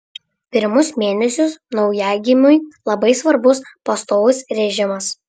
pirmus mėnesius naujagimiui labai svarbus pastovus režimas